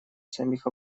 самих